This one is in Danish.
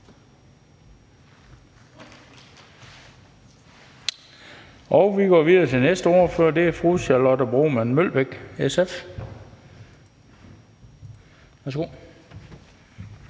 Men vi går videre til næste ordfører, og det er fru Charlotte Broman Mølbæk, SF.